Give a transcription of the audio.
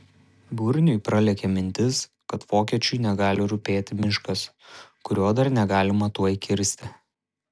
burniui pralėkė mintis kad vokiečiui negali rūpėti miškas kurio dar negalima tuoj kirsti